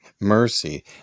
mercy